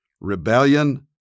rebellion